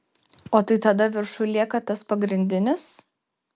o tai tada viršuj lieka tas pagrindinis